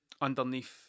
underneath